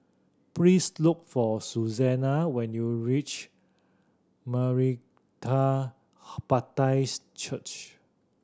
please look for Susana when you reach Maranatha Baptist Church